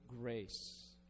grace